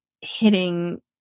hitting